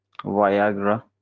Viagra